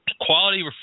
quality